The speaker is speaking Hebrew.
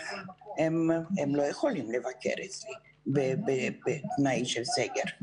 לא יכולים לבקר אצלי בתנאים של סגר,